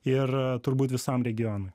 ir turbūt visam regionui